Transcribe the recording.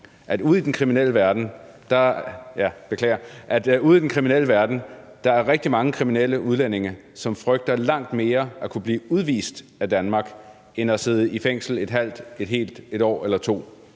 at ude i den kriminelle verden er der rigtig mange kriminelle udlændinge, som frygter langt mere at kunne blive udvist af Danmark end at sidde i fængsel et halvt, et helt eller to